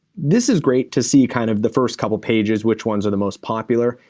this is great to see kind of the first couple pages which ones are the most popular,